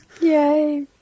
yay